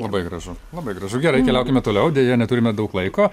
labai gražu labai gražu gerai keliaukime toliau deja neturime daug laiko